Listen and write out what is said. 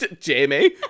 Jamie